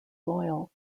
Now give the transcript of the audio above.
loyal